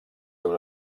seus